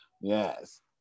yes